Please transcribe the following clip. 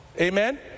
Amen